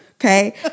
Okay